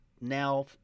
now